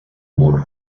mur